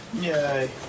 Yay